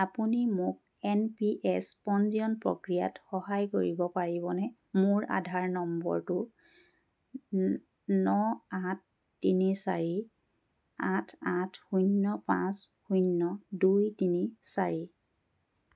আপুনি মোক N P S পঞ্জীয়ন প্ৰক্ৰিয়াত সহায় কৰিব পাৰিবনে মোৰ আধাৰ নম্বৰটো ন আঠ তিনি চাৰি আঠ আঠ শূন্য পাঁচ শূন্য দুই তিনি চাৰি